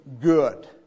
good